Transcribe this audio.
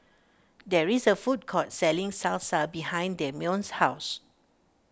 there is a food court selling Salsa behind Dameon's house